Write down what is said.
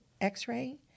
x-ray